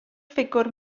ffigwr